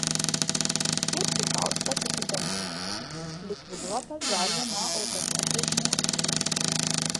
svietlikauskas apibendrino likviduota dar viena autopervežimų įmonė